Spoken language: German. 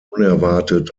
unerwartet